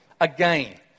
again